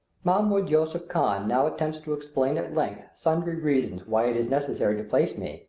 mahmoud yusuph khan now attempts to explain at length sundry reasons why it is necessary to place me,